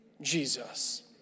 Jesus